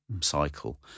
cycle